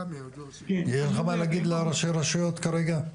יש לך מה להגיד לראשי הרשויות כרגע?